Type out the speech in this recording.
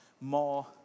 more